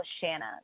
Shanna